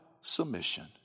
submission